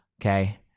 Okay